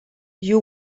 you